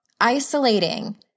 isolating